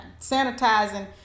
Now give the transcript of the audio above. Sanitizing